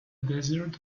desert